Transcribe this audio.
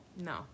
No